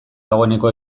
dagoeneko